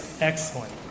Excellent